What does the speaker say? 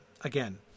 Again